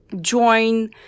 join